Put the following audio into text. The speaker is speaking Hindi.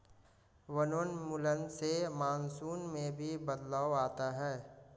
वनोन्मूलन से मानसून में भी बदलाव आता है